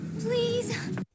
Please